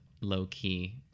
low-key